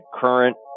current